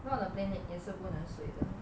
know on the plane 也是不能睡的